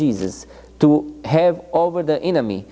jesus to have over the enemy